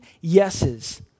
yeses